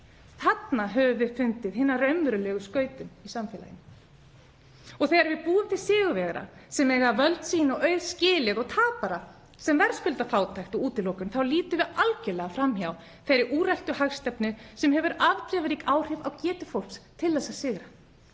Þarna höfum við fundið hina raunverulegu skautun í samfélaginu. Þegar við búum til sigurvegara sem eiga völd sín og auð skilið og tapara sem verðskulda fátækt og útilokun þá lítum við algerlega fram hjá þeirri úreltu hagstefnu sem hefur afdrifarík áhrif á getu fólks til þess að sigra.